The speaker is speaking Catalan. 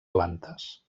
plantes